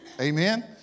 Amen